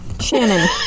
shannon